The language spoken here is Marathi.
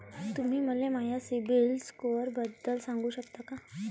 तुम्ही मले माया सीबील स्कोअरबद्दल सांगू शकाल का?